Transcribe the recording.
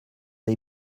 les